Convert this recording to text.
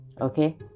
okay